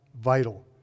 vital